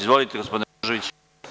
Izvolite gospodine Božoviću.